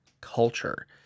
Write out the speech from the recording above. culture